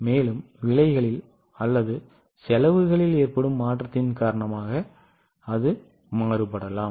மேலும் விலைகள் அல்லது செலவுகள் ஏற்படும் மாற்றத்தின் காரணமாக அது மாறுபடலாம்